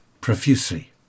profusely